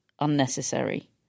unnecessary